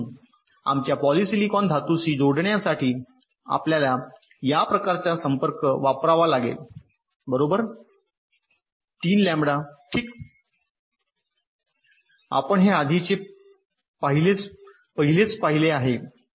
म्हणून आमच्या पॉलिसिलिकॉन धातूशी जोडण्यासाठी आपल्याला या प्रकारचा संपर्क वापरावा लागेल बरोबर 3 लॅम्बडा ठीक आपण हे आधीचे पहिलेच पाहिले आहे